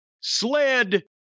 sled